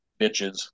bitches